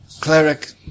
Cleric